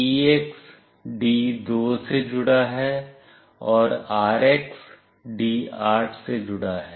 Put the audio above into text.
TX D2 से जुड़ा है और RX D8 से जुड़ा है